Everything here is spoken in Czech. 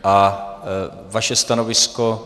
A vaše stanovisko?